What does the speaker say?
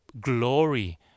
glory